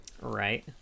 Right